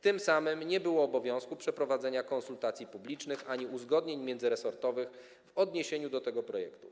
Tym samym nie było obowiązku przeprowadzenia konsultacji publicznych ani uzgodnień międzyresortowych w odniesieniu do tego projektu.